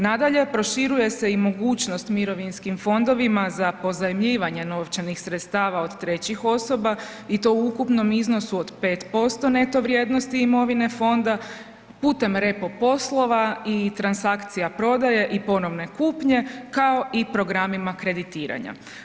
Nadalje, proširuje se i mogućnost mirovinskim fondovima za pozajmljivanje novčanih sredstava od trećih osoba i to u ukupnom iznosu od 5% neto vrijednosti imovine fonda putem repo poslova i transakcija prodaje i ponovne kupnje, kao i programima kreditiranja.